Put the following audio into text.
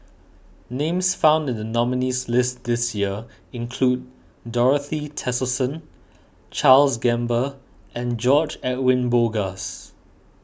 names found in the nominees' list this this year include Dorothy Tessensohn Charles Gamba and George Edwin Bogaars